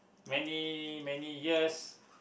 many many years